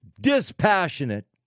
dispassionate